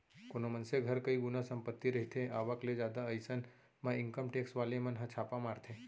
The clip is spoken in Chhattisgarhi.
कोनो मनसे घर कई गुना संपत्ति रहिथे आवक ले जादा अइसन म इनकम टेक्स वाले मन ह छापा मारथे